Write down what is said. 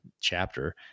chapter